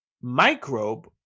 microbe